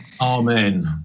Amen